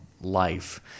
life